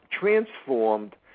transformed